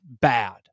bad